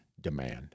demand